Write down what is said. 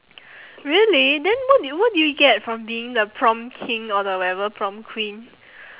really then what do you what do you get from being the prom king or the whatever prom queen